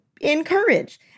encourage